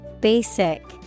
Basic